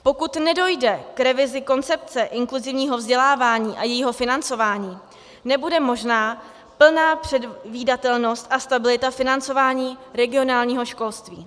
Pokud nedojde k revizi koncepce inkluzivního vzdělávání a jejího financování, nebude možná plná předvídatelnost a stabilita financování regionálního školství.